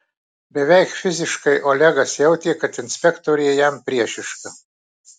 beveik fiziškai olegas jautė kad inspektorė jam priešiška